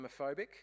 Homophobic